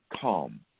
calm